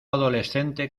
adolescente